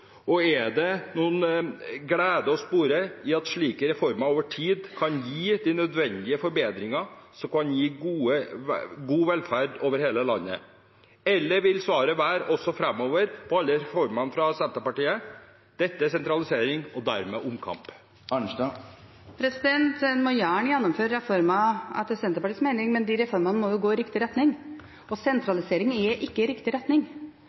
Og er det noen glede å spore over at slike reformer over tid kan gi de nødvendige forbedringene som kan gi god velferd over hele landet, eller vil svaret på alle reformene fra Senterpartiet også framover være at dette er sentralisering – og dermed omkamp? En må etter Senterpartiets mening gjerne gjennomføre reformer, men reformene må jo gå i riktig retning, og sentralisering er ikke riktig retning.